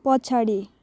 पछाडि